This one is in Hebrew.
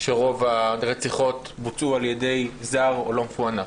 שרוב הרציחות בוצעו על ידי זר או לא פוענח?